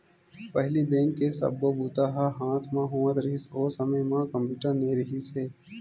पहिली बेंक के सब्बो बूता ह हाथ म होवत रिहिस, ओ समे म कम्प्यूटर नइ रिहिस हे